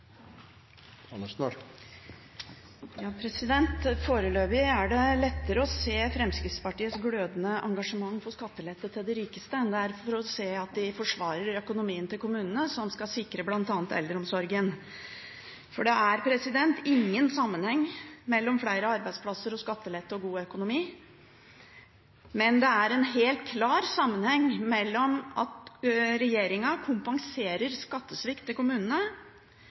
Foreløpig er det lettere å se Fremskrittspartiets glødende engasjement for skattelette til de rikeste enn det er å se at de forsvarer økonomien til kommunene, som skal sikre bl.a. eldreomsorgen. For det er ingen sammenheng mellom flere arbeidsplasser og skattelette og god økonomi, men det er en helt klar sammenheng mellom at regjeringen kompenserer skattesvikt til kommunene,